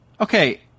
Okay